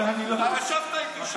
אבל אני לא, אתה ישבת איתו.